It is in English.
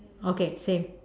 okay same